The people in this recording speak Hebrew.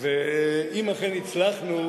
ואם אכן הצלחנו,